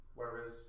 whereas